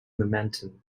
momentum